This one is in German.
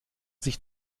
sich